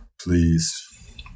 please